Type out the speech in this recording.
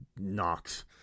knocks